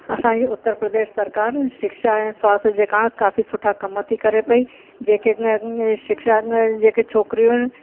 असांजी उत्तर प्रदेश सरकारि शिक्षा ऐं स्वास्थ जे कारणि काफ़ी सुठा कम थी करे पई जेके शिक्षा जेके छोकिरियूं आहिनि